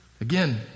Again